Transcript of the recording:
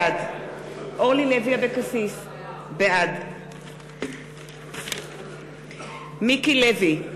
בעד אורלי לוי אבקסיס, בעד מיקי לוי,